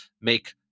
make